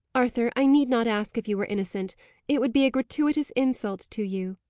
arthur, i need not ask if you are innocent it would be a gratuitous insult to you.